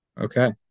Okay